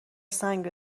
سنگ